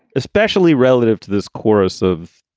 especially relative to this chorus of,